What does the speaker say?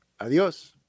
adios